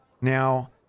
Now